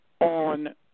On